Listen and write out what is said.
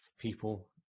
people